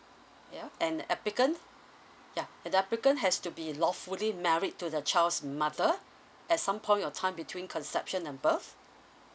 ya and applicant yeah and the applicant has to be lawfully married to the child's mother at some point of time between conception and birth